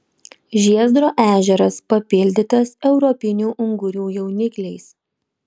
žiezdro ežeras papildytas europinių ungurių jaunikliais